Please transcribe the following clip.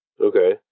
Okay